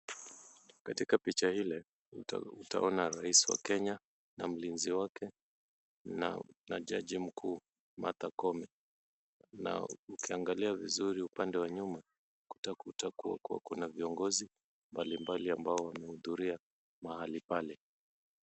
Katika picha ile utaona rais wa Kenya na mlinzi wake na jaji mkuu, Martha Koome na ukiangalia vizuri upande wa nyuma, utakuta kuwa kuna viongozi ambao wamehudhuria mahali pale.